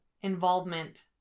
involvement